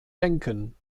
denken